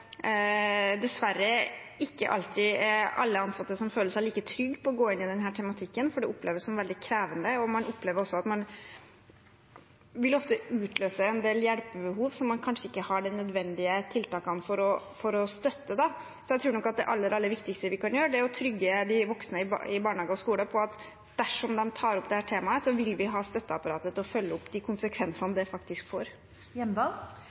dessverre ikke alltid er alle ansatte som føler seg like trygge på å gå inn i denne tematikken, for det oppleves som veldig krevende, og man opplever også at man ofte vil utløse en del hjelpebehov som man kanskje ikke har de nødvendige tiltakene for å støtte. Så jeg tror nok at det aller, aller viktigste vi kan gjøre, er å gjøre de voksne i barnehage og skole trygge på at dersom de tar opp dette temaet, vil vi ha støtteapparatet til å følge opp de konsekvensene det faktisk får.